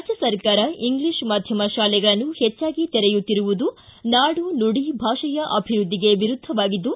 ರಾಜ್ಯ ಸರ್ಕಾರ ಇಂಗ್ಲಿಷ್ ಮಾಧ್ಯಮ ಶಾಲೆಗಳನ್ನು ಹೆಚ್ಚಾಗಿ ತೆರೆಯುತ್ತಿರುವುದು ನಾಡು ನುಡಿ ಭಾಷೆಯ ಅಭಿವೃದ್ದಿಗೆ ವಿರುದ್ಧವಾಗಿದ್ದು